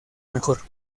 mejor